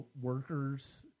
workers